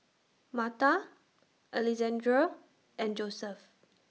Marta Alexandre and Joseph